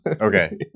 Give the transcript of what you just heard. Okay